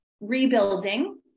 rebuilding